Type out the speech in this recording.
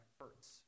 hurts